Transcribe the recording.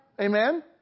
Amen